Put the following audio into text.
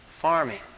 Farming